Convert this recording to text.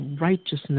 righteousness